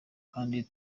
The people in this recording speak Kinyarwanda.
kandi